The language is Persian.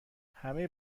همه